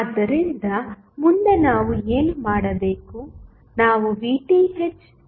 ಆದ್ದರಿಂದ ಮುಂದೆ ನಾವು ಏನು ಮಾಡಬೇಕು ನಾವು VTh ಮೌಲ್ಯವನ್ನು ಕಂಡುಹಿಡಿಯಬೇಕು